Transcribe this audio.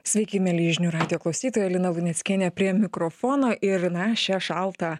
sveiki mielieji žinių radijo klausytojai lina luneckienė prie mikrofono ir na ir šią šaltą